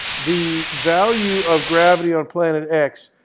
the value of gravity on planet x,